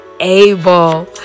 able